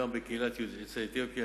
גם בקהילת יוצאי אתיופיה,